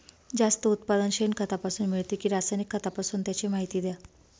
जास्त उत्पादन शेणखतापासून मिळते कि रासायनिक खतापासून? त्याची माहिती द्या